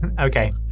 Okay